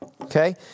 Okay